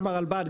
גם מהרלב"ד,